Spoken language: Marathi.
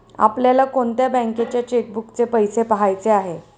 आपल्याला कोणत्या बँकेच्या चेकबुकचे पैसे पहायचे आहे?